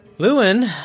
Lewin